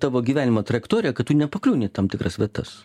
tavo gyvenimą trajektorija kad tu nepakliūni į tam tikras vietas